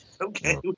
Okay